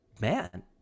man